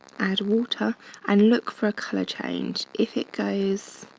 add water and look for a color change. if it goes